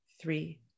three